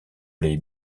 les